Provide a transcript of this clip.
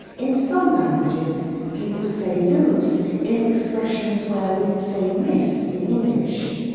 in some languages people say lose in expressions where we'd say miss in english.